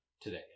today